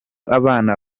abana